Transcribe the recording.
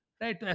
Right